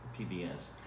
PBS